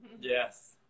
Yes